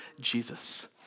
Jesus